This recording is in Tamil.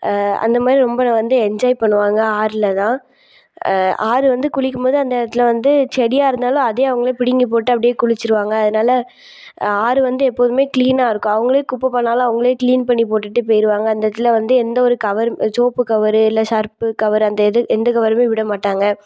அந்தமாதிரி ரொம்ப வந்து என்ஜாய் பண்ணுவாங்க ஆறில்தான் ஆறுவந்து குளிக்கும்போது அந்த இடத்துல வந்து செடியாகயிருந்தாலும் அதையும் அவங்களே பிடிங்கிப்போட்டு அப்படியே குளிச்சுருவாங்க அதனால் ஆறு வந்து எப்போதுமே கிளீனாயிருக்கும் அவங்களே குப்பைப் பண்ணிணாலும் அவங்களே கிளீன் பண்ணி போட்டுவிட்டு போயிடுவாங்க அந்த இடத்துல வந்து எந்த ஒரு கவரும் சோப்பு கவரு இல்லை ஷர்ஃப் கவரு அந்த இது எந்த கவருமே விடமாட்டாங்க